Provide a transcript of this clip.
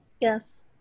Yes